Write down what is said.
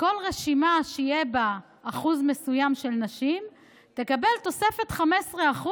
שכל רשימה שיהיה בה אחוז מסוים של נשים תקבל תוספת 15%